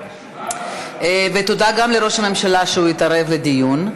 ותודה גם לראש הממשלה שהתערב בדיון.